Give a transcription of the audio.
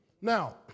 Now